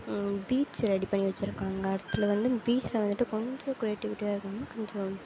beach ready பண்ணி வச்சிருக்காங்க அதில் வந்து பீச்சுல வந்துட்டு கொஞ்சம் கிரியேட்டிவிட்டியாக இருக்கணும்னு கொஞ்சம்